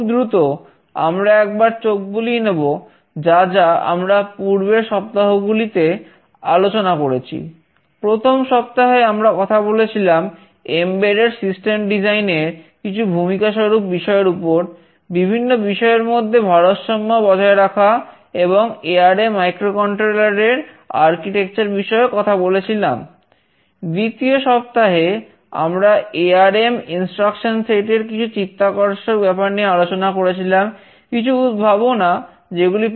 খুব দ্রুত আমরা একবার চোখ বুলিয়ে নেব যা যা আমরা পূর্বের সপ্তাহগুলোতে আলোচনা করেছি